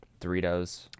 Doritos